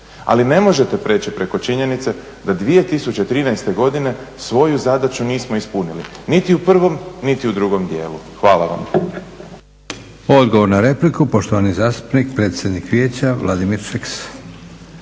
Ali ne možete prijeći preko činjenice da 2013. godine svoju zadaću nismo ispunili niti u prvom, niti u drugom dijelu. Hvala vam.